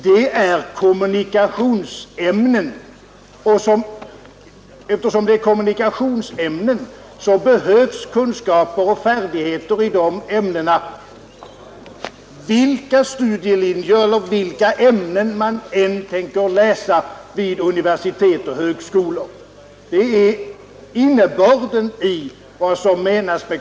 Det är kommunikationsämnen, och eftersom det är kommunikationsämnen så behövs kunskaper och färdigheter i de ämnena, vilka studielinjer eller vilka ämnen man än tänker läsa vid universitet och högskolor.